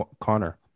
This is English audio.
Connor